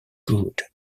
good